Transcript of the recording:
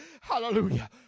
Hallelujah